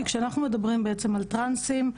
כי כשאנחנו מדברים בעצם על טרנסים,